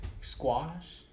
Squash